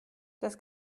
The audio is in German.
das